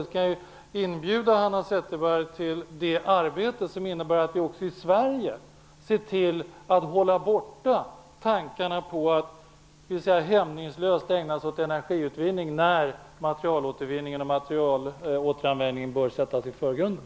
Jag kan inbjuda Hanna Zetterberg till det arbete som innebär att vi också i Sverige ser till att hålla borta tankarna på att hämningslöst ägna sig åt energiutvinning när materialåtervinning och materialåteranvändning bör sättas i förgrunden.